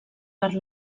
per